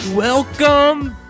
Welcome